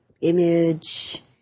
image